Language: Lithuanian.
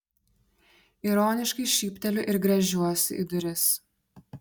ironiškai šypteliu ir gręžiuosi į duris